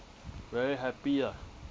very happy ah